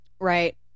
Right